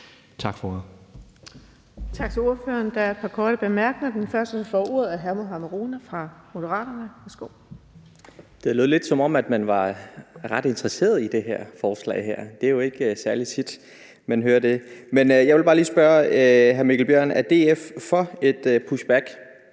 Tak for ordet.